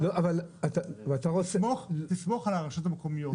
סמוך על הרשויות המקומיות.